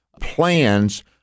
plans